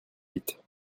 vite